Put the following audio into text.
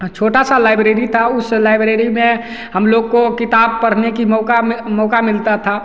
छोटा सा लाइब्रेरी था उस लाइब्रेरी में हम लोग को किताब पढ़ने की मौका में मौका मिलता था